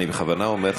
באיזו זכות מוסרית אתה,